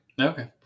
Okay